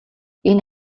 энэ